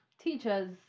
teachers